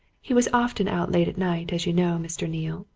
he was often out late at night, as you know, mr. neale.